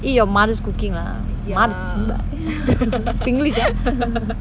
eat your mother's cooking lah mother chibai singlish ah